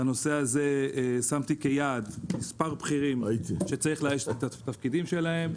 את הנושא הזה שמתי כיעד מספר בכירים שצריך לאייש את התפקידים שלהם.